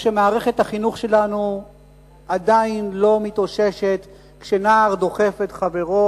כשמערכת החינוך שלנו עדיין לא מתאוששת כשנער דוחף את חברו,